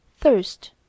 Thirst